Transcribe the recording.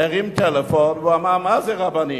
הרים טלפון לרב הרצוג ואמר, מה זה רבנים?